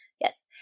yes